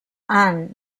han